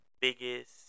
biggest